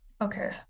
Okay